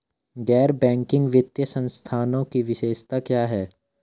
गैर बैंकिंग वित्तीय संस्थानों की विशेषताएं क्या हैं?